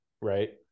right